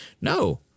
No